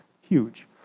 Huge